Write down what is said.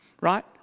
Right